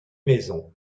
maisons